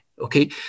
Okay